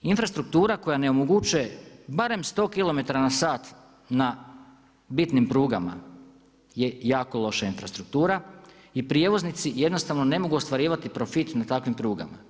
Infrastruktura koja onemogućuje, barem 100km/h na bitnim prugama, je jako loša infrastruktura i prijevoznici jednostavno ne mogu ostvarivati profit na takvim prugama.